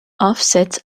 offsets